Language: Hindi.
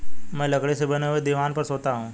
मैं लकड़ी से बने हुए दीवान पर सोता हूं